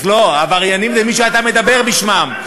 לא, העבריינים זה מי שאתה מדבר בשמם.